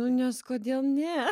nu nes kodėl ne